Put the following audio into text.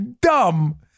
dumb